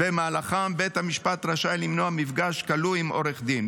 שבמהלכם בית המשפט רשאי למנוע מפגש של כלוא עם עורך דין.